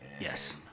Yes